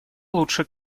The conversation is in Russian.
лучше